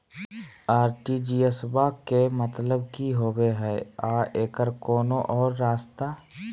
RTGS बा के मतलब कि होबे हय आ एकर कोनो और रस्ता?